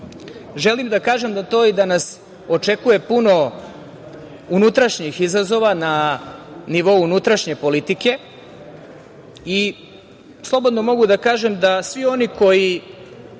želim da kažem i to da nas očekuje puno unutrašnjih izazova na nivou unutrašnje politike i slobodno mogu da kažem da svi oni koji